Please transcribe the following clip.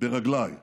ברגליי